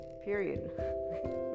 period